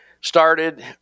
started